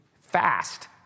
fast